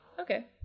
okay